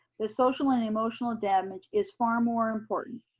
the social and emotional damage is far more important.